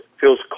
feels